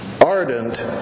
ardent